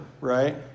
right